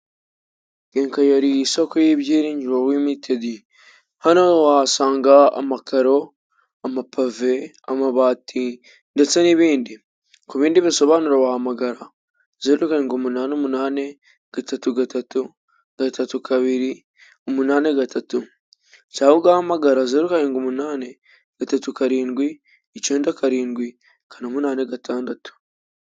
Kenkayeri isoko y'ibyiringiro limitedi, hano wahasanga amakaro, amapave, amabati ndetse n'ibindi. Ku bindi bisobanuro wahamagara zero karindwi umunani umunani gatatu gatatu gatatu kabiri umunani gatatu cyangwa ugahamagara zero karindwi umunani gatatu karindwi icenda karindwi kane umunani gatandatu.